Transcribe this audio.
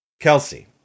Kelsey